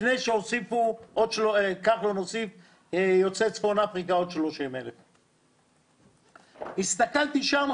לפני שכחלון הוסיף מיוצאי צפון אפריקה עוד 30,000. הסתכלתי שם,